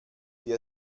wie